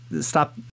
stop